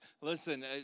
Listen